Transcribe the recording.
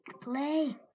Play